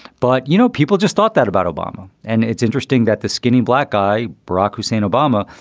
but, you know, people just thought that about obama. and it's interesting that the skinny black guy, barack hussein obama,